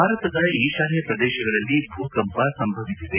ಭಾರತದ ಈಶಾನ್ವ ಪ್ರದೇಶಗಳಲ್ಲಿ ಭೂಕಂಪ ಸಂಭವಿಸಿದೆ